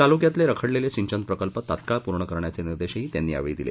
तालुक्यातले रखडलेले सिंचन प्रकल्प तत्काळ पूर्ण निर्देशही त्यांनी यावेळी दिले